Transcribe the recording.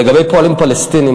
לגבי פועלים פלסטינים,